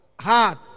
heart